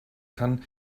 kann